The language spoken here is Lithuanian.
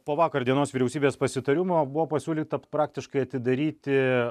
po vakar dienos vyriausybės pasitarimo buvo pasiūlyta praktiškai atidaryti